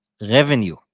revenue